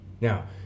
Now